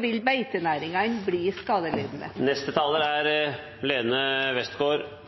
vil beitenæringene bli skadelidende. Innlegget til representanten Enger Mehl bekreftet egentlig akkurat det jeg sa. Alt blir så voldsomt, det er